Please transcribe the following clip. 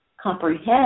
comprehend